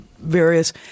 various